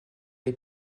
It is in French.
les